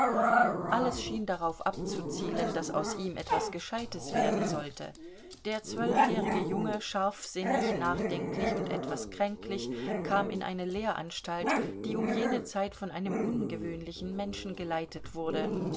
alles schien darauf abzuzielen daß aus ihm etwas gescheites werden sollte der zwölfjährige junge scharfsinnig nachdenklich und etwas kränklich kam in eine lehranstalt die um jene zeit von einem ungewöhnlichen menschen geleitet wurde